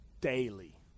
daily